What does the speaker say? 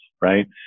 right